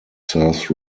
serves